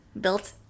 built